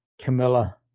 Camilla